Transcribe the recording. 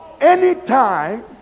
Anytime